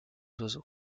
oiseaux